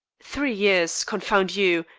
three years, confound you,